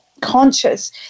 conscious